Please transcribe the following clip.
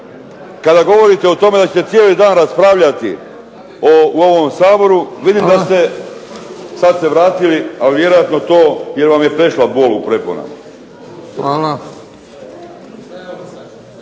Kada govorite o tome da ćete cijeli dan raspravljati u ovom Saboru vidim da ste sad se vratili, ali vjerojatno to jer vam je prešla bol u prepone.